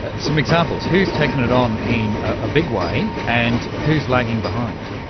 ah some examples? who has taken it on in a big way, and who is lagging behind?